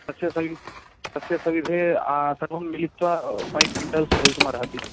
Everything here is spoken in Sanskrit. तस्य सवि तस्य सविधे सर्वं मिलित्वा फ़ै क्विण्टल्स् भवितुमर्हति